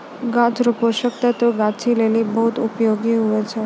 गाछ रो पोषक तत्व गाछी लेली बहुत उपयोगी हुवै छै